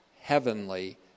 heavenly